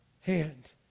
hand